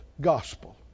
gospel